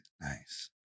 Nice